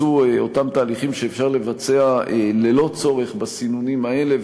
אותם תהליכים שאפשר לבצע ללא צורך בסינונים האלה,